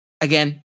Again